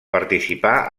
participà